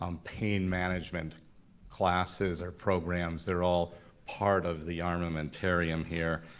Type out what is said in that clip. um pain management classes or programs that are all part of the armamentarium here.